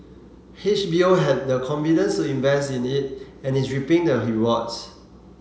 H B O had the confidence to invest in it and is reaping the rewards